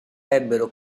ebbero